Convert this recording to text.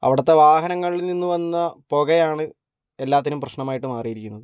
അവിടുത്തെ വാഹനങ്ങളിൽ നിന്നു വന്ന പുകയാണ് എല്ലാറ്റിനും പ്രശ്നമായിട്ട് മാറിയിരിക്കുന്നത്